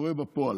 שקורה בפועל.